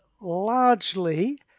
largely